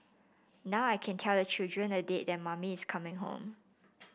now I can tell the children a date that mummy is coming home